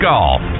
Golf